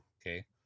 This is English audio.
okay